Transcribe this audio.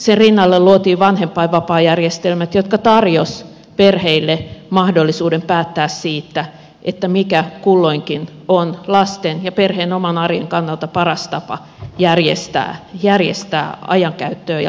sen rinnalle luotiin vanhempainvapaajärjestelmät jotka tarjosivat perheille mahdollisuuden päättää siitä mikä kulloinkin on lasten ja perheen oman arjen kannalta paras tapa järjestää ajankäyttö ja lastenhoito